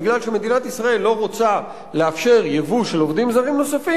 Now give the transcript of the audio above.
בגלל שמדינת ישראל לא רוצה לאפשר ייבוא של עובדים זרים נוספים,